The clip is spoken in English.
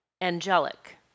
angelic